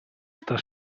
sta